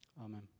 Amen